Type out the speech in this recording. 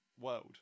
world